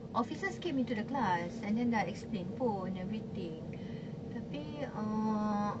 officers came into the class and dah explain pun everything tapi uh